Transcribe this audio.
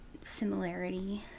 similarity